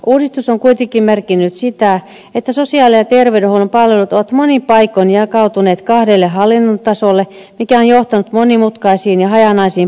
uudistus on kuitenkin merkinnyt sitä että sosiaali ja terveydenhuollon palvelut ovat monin paikoin jakautuneet kahdelle hallinnontasolle mikä on johtanut monimutkaisiin ja hajanaisiin palvelurakenteisiin